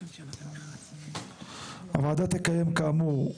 7. הוועדה תקיים, כאמור,